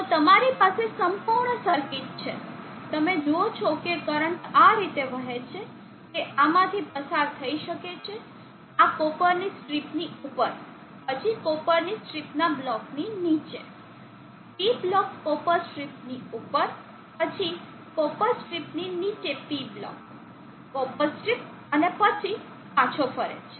તો તમારી પાસે સંપૂર્ણ સર્કિટ છે તમે જુઓ છો કે કરંટ આ રીતે વહે છે તે આમાંથી પસાર થઈ શકે છે આ કોપરની સ્ટ્રીપની ઉપર પછી કોપરની સ્ટ્રીપના બ્લોકની નીચે P બ્લોક કોપર સ્ટ્રીપ ની ઉપર પછી કોપર સ્ટ્રીપની નીચે P બ્લોક કોપર સ્ટ્રીપ અને પછી પાછો ફરે છે